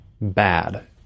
bad